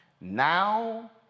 Now